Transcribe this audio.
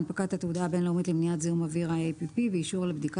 הנפקת התעודה הבין-לאומית למניעת זיהום אוויר (IAPP) ואישור על בדיקה